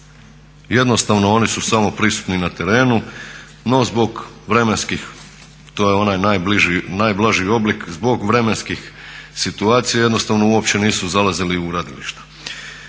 Jednostavno oni su samo prisutni na terenu, no zbog vremenskih to je onaj najblaži oblik